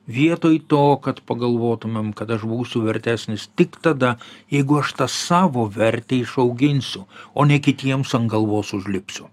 vietoj to kad pagalvotumėm kad aš būsiu vertesnis tik tada jeigu aš tą savo vertę išauginsiu o ne kitiems ant galvos užlipsiu